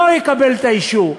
לא יקבל את האישור.